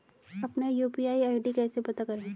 अपना UPI ID कैसे पता करें?